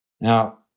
Now